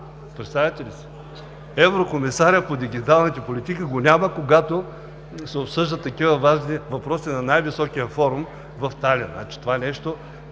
реплики.) Еврокомисарят по дигиталната политика го няма, когато се обсъждат такива важни въпроси на най-високия форум в Талин?!